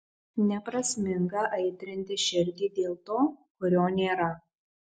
neprasminga aitrinti širdį dėl to kurio nėra